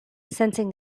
sensing